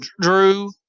Drew